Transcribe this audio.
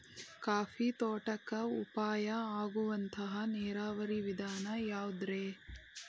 Coffee ತೋಟಕ್ಕ ಉಪಾಯ ಆಗುವಂತ ನೇರಾವರಿ ವಿಧಾನ ಯಾವುದ್ರೇ?